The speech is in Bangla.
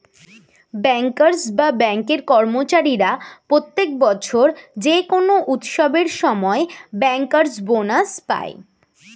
ব্যাংকার্স বা ব্যাঙ্কের কর্মচারীরা প্রত্যেক বছর যে কোনো উৎসবের সময় ব্যাংকার্স বোনাস পায়